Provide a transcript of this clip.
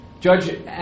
Judge